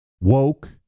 Woke